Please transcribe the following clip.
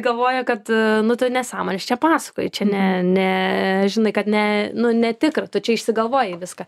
galvoja kad nu tu nesąmones čia pasakoji čia ne ne žinai kad ne nu netikra tu čia išsigalvoji viską